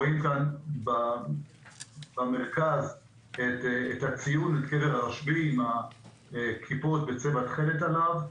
רואים במרכז את הצילום של קבר הרשב"י עם הכיפות בצבע תכלת עליו.